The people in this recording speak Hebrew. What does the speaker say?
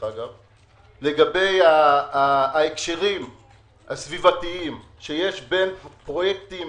לגבי ההקשרים הסביבתיים שיש בין פרויקטים